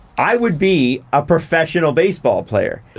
i would be a professional baseball player.